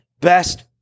best